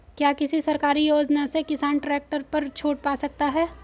क्या किसी सरकारी योजना से किसान ट्रैक्टर पर छूट पा सकता है?